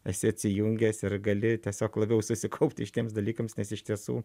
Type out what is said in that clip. esi atsijungęs ir gali tiesiog labiau susikaupti šitiems dalykams nes iš tiesų